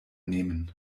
nehmen